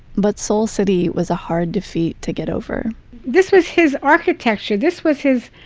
but soul city was a hard defeat to get over this was his architecture. this was his